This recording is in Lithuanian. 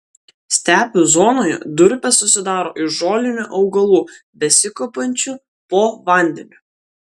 stepių zonoje durpės susidaro iš žolinių augalų besikaupiančių po vandeniu